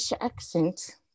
accent